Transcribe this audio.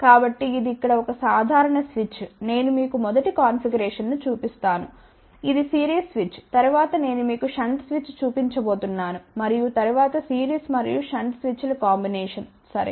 కాబట్టి ఇది ఇక్కడ ఒక సాధారణ స్విచ్ నేను మీకు మొదటి కాన్ఫిగరేషన్ను చూపిస్తాము ఇది సిరీస్ స్విచ్ తరువాత నేను మీకు షంట్ స్విచ్ చూపించబోతున్నాను మరియు తరువాత సిరీస్ మరియు షంట్ స్విచ్ల కంబినేషన్ సరే